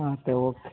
હા તે ઓકે